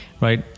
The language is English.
Right